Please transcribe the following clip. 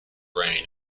rain